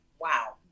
Wow